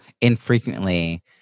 infrequently